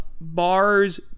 bars